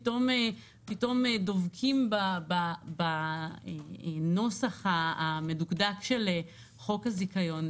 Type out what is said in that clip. פתאום דבקים בנוסח המדוקדק של חוק הזיכיון.